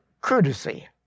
Courtesy